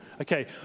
Okay